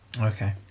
Okay